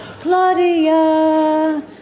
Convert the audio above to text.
Claudia